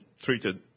treated